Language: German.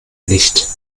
nicht